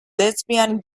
lesbian